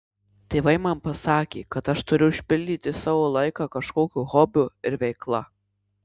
tėvai man pasakė kad aš turiu užpildyti savo laiką kažkokiu hobiu ir veikla